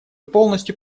полностью